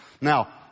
Now